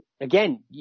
again